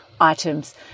items